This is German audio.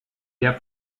der